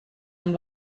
amb